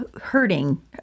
hurting